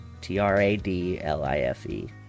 T-R-A-D-L-I-F-E